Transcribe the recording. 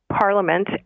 Parliament